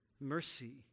mercy